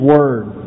Word